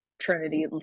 Trinity